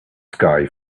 sky